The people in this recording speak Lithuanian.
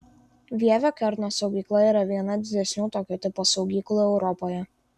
vievio kerno saugykla yra viena didesnių tokio tipo saugyklų europoje